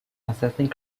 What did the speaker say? assessing